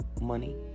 money